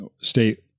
State